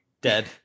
dead